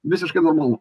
visiškai normalu